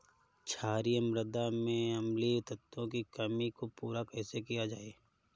क्षारीए मृदा में अम्लीय तत्वों की कमी को पूरा कैसे किया जाए?